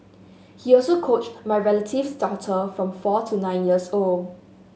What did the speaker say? he also coached my relative's daughter from four to nine years old